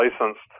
licensed